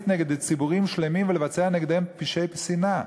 נגד ציבורים שלמים ולבצע נגדם פשעי שנאה.